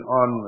on